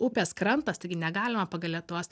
upės krantas taigi negalima pagal lietuvos